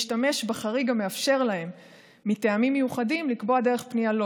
בחריג המאפשר להם מטעמים מיוחדים לקבוע דרך פנייה לא